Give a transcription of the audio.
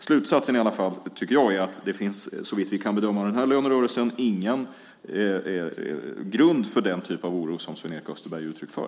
Slutsatsen, i alla fall, tycker jag är att det, såvitt vi kan bedöma av den här lönerörelsen, inte finns någon grund för den typ av oro som Sven-Erik Österberg ger uttryck för.